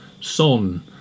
Son